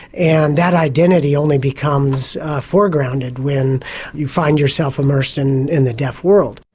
and that identity only becomes foregrounded when you find yourself immersed in in the deaf world.